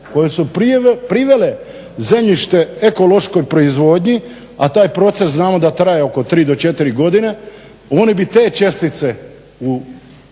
koja su privele zemljište ekološkoj proizvodnji, a taj proces znamo da traje oko 3 do 4 godine oni bi te čestice u